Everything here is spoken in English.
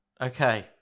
Okay